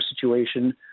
situation